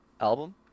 album